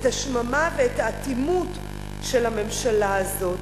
את השממה ואת האטימות של הממשלה הזו.